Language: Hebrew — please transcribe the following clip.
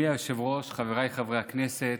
אדוני היושב-ראש, חבריי חברי הכנסת,